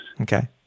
Okay